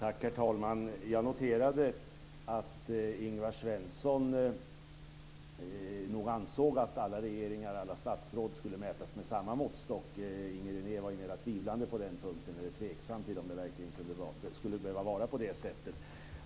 Herr talman! Jag noterade att Ingvar Svensson nog ansåg att alla regeringar och alla statsråd ska mätas med samma måttstock. Inger René var mera tveksam till om det verkligen skulle behöva vara på det sättet.